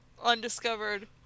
undiscovered